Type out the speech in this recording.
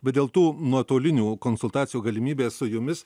bet dėl tų nuotolinių konsultacijų galimybės su jumis